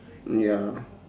mm ya lah